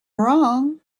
wrong